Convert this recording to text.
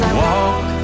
walk